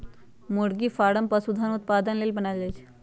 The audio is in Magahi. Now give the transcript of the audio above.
मुरगि फारम पशुधन उत्पादन लेल बनाएल जाय छै